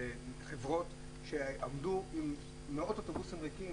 בחברות שעמדו עם מאות אוטובוסים ריקים,